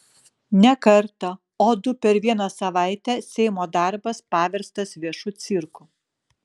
ne kartą o du per vieną savaitę seimo darbas paverstas viešu cirku